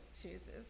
chooses